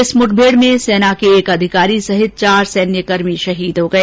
इस मुठभेड़ में सेना के एक अधिकारी सहित चार सैन्यकर्मी शहीद हो गए